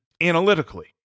analytically